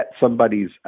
somebody's